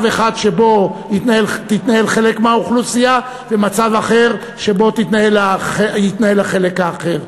אחד שבו יתנהל חלק מהאוכלוסייה ומצב אחר שבו יתנהל החלק האחר,